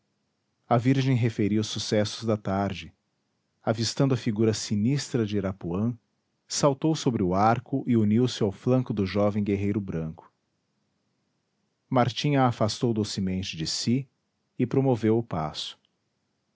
a virgem referia os sucessos da tarde avistando a figura sinistra de irapuã saltou sobre o arco e uniu se ao flanco do jovem guerreiro branco martim a afastou docemente de si e promoveu o passo